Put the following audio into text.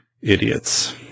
idiots